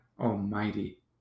Almighty